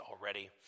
already